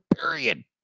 period